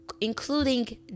including